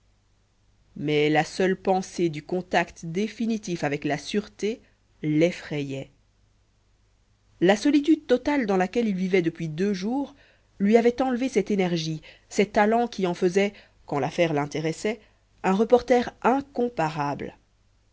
mais la seule pensée du contact définitif avec la sûreté l'effrayait la solitude totale dans laquelle il vivait depuis deux jours lui avait enlevé cette énergie cet allant qui en faisait quand l'affaire l'intéressait un reporter incomparable